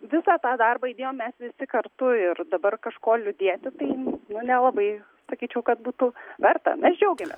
visą tą darbą įdėjom mes visi kartu ir dabar kažko liūdėti tai nu nelabai sakyčiau kad būtų verta mes džiaugiamės